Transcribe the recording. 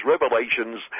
revelations